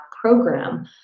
program